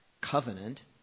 covenant